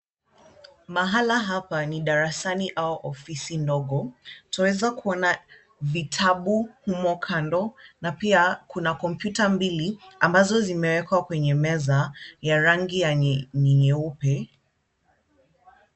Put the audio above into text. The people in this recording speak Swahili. Mahala hapa ni darasani au ofisi ndogo. Twaweza kuona vitabu humo kando na pia kuna kompyuta mbili ambazo zimewekwa kwenye meza ya rangi ni nyeupe.